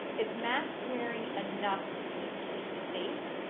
is masks wearing enough to keep kids safe?